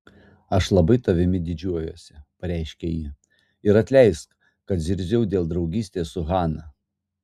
aš labai tavimi didžiuojuosi pareiškė ji ir atleisk kad zirziau dėl draugystės su hana